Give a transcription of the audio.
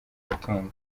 mitungo